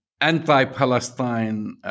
anti-Palestine